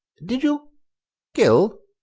did you kill?